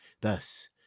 Thus